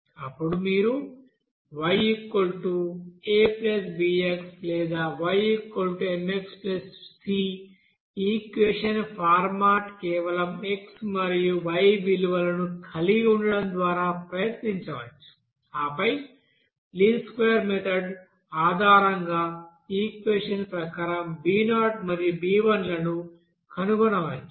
అప్పుడు మీరు yకొన్ని విలువలు abx లేదా ymXc ఈక్వెషన్స్ ఫార్మాట్ కేవలం x మరియు y విలువలను కలిగి ఉండడం ద్వారా ప్రయత్నించవచ్చు ఆపై లీస్ట్ స్క్వేర్ మెథడ్ ఆధారంగా ఈక్వెషన్ ప్రకారం b0 మరియు b1 లను కనుగొనవచ్చు